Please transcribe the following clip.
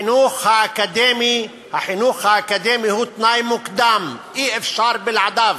החינוך האקדמי הוא תנאי מוקדם, אי-אפשר בלעדיו.